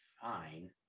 fine